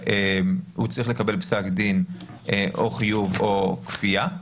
הוא צריך לקבל פסק דין או חיוב או כפייה,